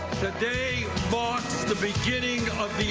today marks the beginning of the